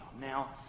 Now